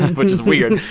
which is weird,